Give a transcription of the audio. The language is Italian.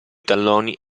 talloni